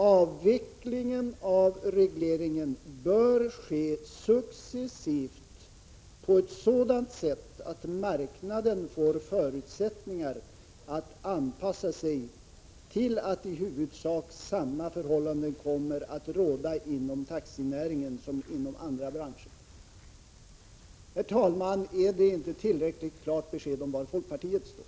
Avvecklingen av regleringen bör ske successivt på ett sådant sätt att marknaden får förutsättningar att anpassa sig till att i huvudsak samma förhållanden kommer att råda inom taxinäringen som inom andra bran > Herr talman! Är det inte tillräckligt klart besked om var folkpartiet står?